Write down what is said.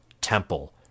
Temple